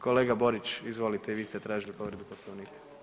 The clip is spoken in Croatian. Kolega Borić, izvolite i vi ste tražili povredu Poslovnika.